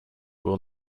will